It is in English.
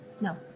no